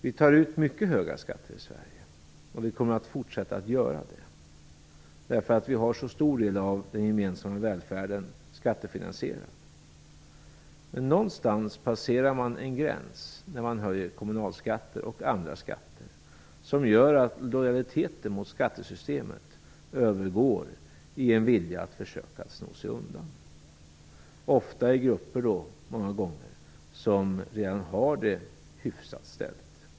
Vi tar ut mycket höga skatter i Sverige, och vi kommer att fortsätta att göra det, därför att en så stor del av den gemensamma välfärden är skattefinansierad. Men när man höjer kommunalskatter och andra skatter passerar man någonstans en gräns, som gör att lojaliteten mot skattesystemet övergår i en vilja att försöka sno sig undan. Ofta gäller det grupper som redan har det hyfsat ställt.